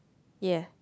ya